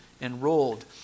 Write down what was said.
enrolled